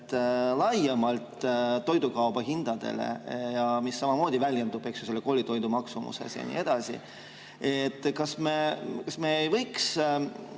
laiemalt toiduhindadele, mis samamoodi väljendub koolitoidu maksumuses ja nii edasi. Kas me ei võiks